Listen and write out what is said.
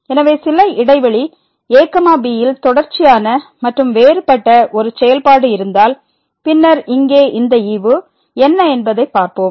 எனவே சில இடைவெளி ab யில் தொடர்ச்சியான மற்றும் வேறுபட்ட ஒரு செயல்பாடு இருந்தால் பின்னர் இங்கே இந்த ஈவு என்ன என்பதைப் பார்ப்போம்